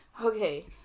Okay